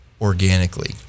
organically